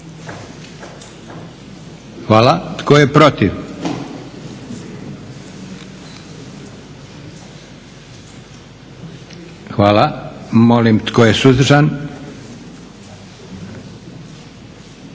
Hvala. Tko je protiv? Hvala. Molim tko je suzdržan?